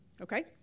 Okay